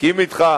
מסכים אתך,